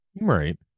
right